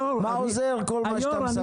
מה עוזר כל מה שאתה מספר?